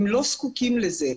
הם לא זקוקים לזה.